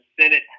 Senate